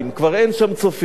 כבר אין שם "צופים".